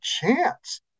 chance